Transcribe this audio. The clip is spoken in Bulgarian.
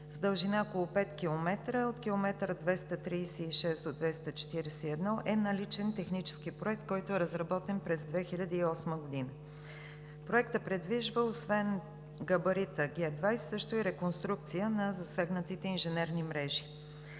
с дължина около 5 км, от км 236 до 241, е наличен Технически проект, който е разработен през 2008 г. Проектът предвижда освен габарит Г 20 също и реконструкция на засегнатите инженерни мрежи.